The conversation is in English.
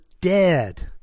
dead